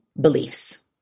beliefs